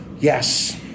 yes